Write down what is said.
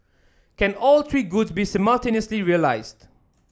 can all three goods be simultaneously realised